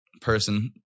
person